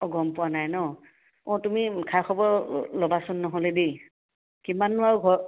অঁ গম পোৱা নাই ন অঁ তুমি খা খবৰ ল'বাচোন নহ'লে দেই কিমাননো আৰু ঘৰ